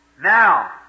now